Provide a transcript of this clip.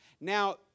Now